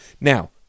Now